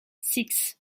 six